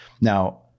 Now